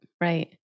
right